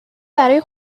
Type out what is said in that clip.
برای